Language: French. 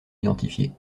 identifiée